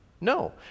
No